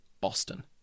Boston